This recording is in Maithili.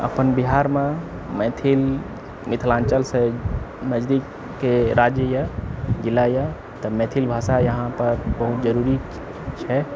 अपन बिहारमे मैथिल मिथिलाञ्चलसँ नजदीकके राज्य यऽ जिला यऽ तऽ मैथिल भाषा यहाँ पर बहुत्त जरुरी छै